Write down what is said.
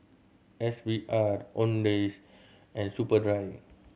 S V R Owndays and Superdry